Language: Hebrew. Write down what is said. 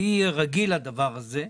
אני רגיל לדבר הזה,